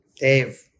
Dave